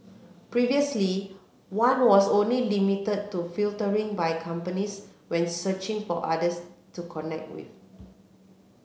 previously one was only limited to filtering by companies when searching for others to connect with